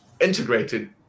integrated